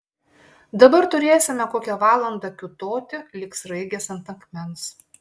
dabar turėsime kokią valandą kiūtoti lyg sraigės ant akmens